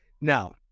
now